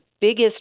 biggest